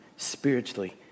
spiritually